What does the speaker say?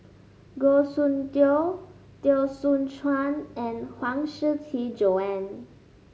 Goh Soon Tioe Teo Soon Chuan and Huang Shiqi Joan